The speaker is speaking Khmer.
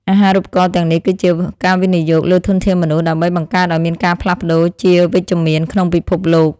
អាហារូបករណ៍ទាំងនេះគឺជាការវិនិយោគលើធនធានមនុស្សដើម្បីបង្កើតឱ្យមានការផ្លាស់ប្តូរជាវិជ្ជមានក្នុងពិភពលោក។